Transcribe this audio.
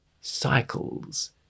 cycles